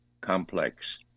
complex